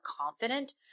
confident